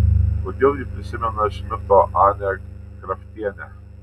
kodėl ji prisimena šmito anę kraftienę